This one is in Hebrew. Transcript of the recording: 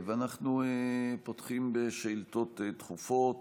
אנחנו פותחים בשאילתות דחופות.